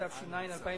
התש"ע 2010,